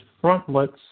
frontlets